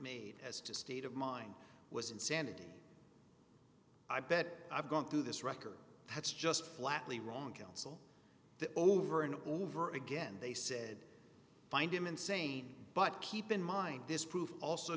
made as to state of mind was insanity i bet i've gone through this record that's just flatly wrong counsel that over and over again they said find him insane but keep in mind this proof also